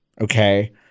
Okay